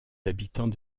habitants